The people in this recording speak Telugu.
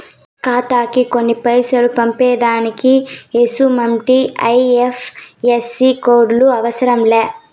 ఖాతాకి కొన్ని పైసలు పంపేదానికి ఎసుమంటి ఐ.ఎఫ్.ఎస్.సి కోడులు అవసరం లే